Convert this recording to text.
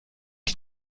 die